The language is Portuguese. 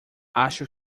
acho